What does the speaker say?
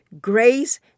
Grace